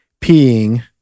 peeing